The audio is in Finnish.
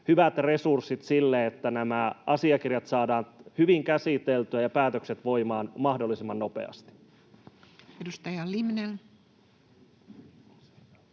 hyvät resurssit sille, että nämä asiakirjat saadaan hyvin käsiteltyä ja päätökset voimaan mahdollisimman nopeasti.